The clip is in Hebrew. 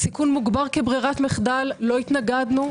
סיכון מוגבר כברירת מחדל לא התנגדנו,